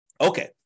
Okay